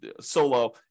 solo